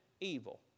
evil